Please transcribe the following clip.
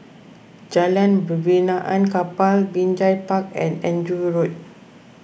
Jalan Benaan Kapal Binjai Park and Andrew Road